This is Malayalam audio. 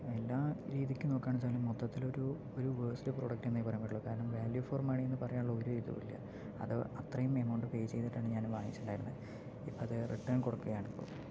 എല്ലാ രീതിക്ക് നോക്കാമെന്ന് വെച്ചാലും മൊത്തത്തിലൊരു ഒരു വേർസ്റ് പ്രോഡക്റ്റ് തന്നെ പറയാൻ പറ്റുകയുളളൂ കാരണം വാല്യൂ ഫോർ മണി എന്ന് പറയാനുള്ള ഒരിതും ഇല്ല അത് അത്രയും എമൗണ്ട് പേ ചെയ്തിട്ട് ആണ് ഞാന് വാങ്ങിച്ചിട്ടുണ്ടായിരുന്നത് അത് റിട്ടേൺ കൊടുക്കുകയാണ് ഇപ്പോൾ